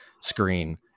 screen